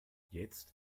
jetzt